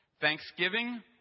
Thanksgiving